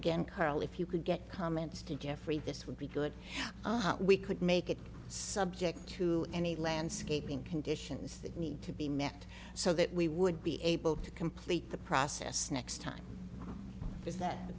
again carl if you could get comments to geoffrey this would be good we could make it subject to any landscaping conditions that need to be met so that we would be able to complete the process next time is that